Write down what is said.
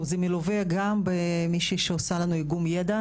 זה מלווה גם במישהי שעושה לנו איגום ידע.